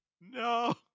No